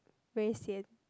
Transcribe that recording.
very sian